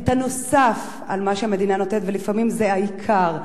נוסף על מה שהמדינה נותנת, ולפעמים זה העיקר.